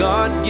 God